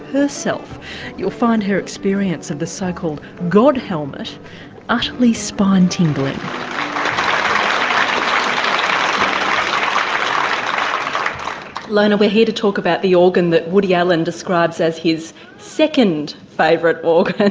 herself. you'll find her experience of the so-called god helmet utterly spine-tingling. um lone, we're here to talk about the organ that woody allen describes as his second favourite organ.